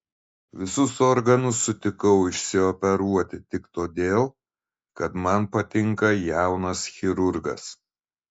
visus organus sutikau išsioperuoti tik todėl kad man patinka jaunas chirurgas